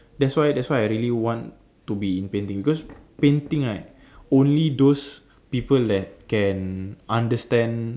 that's why that's why I really want to be in painting because painting right only those people that can understand